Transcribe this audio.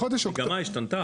בחודש אוקטובר --- המגמה השתנתה.